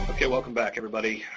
okay, welcome back everybody.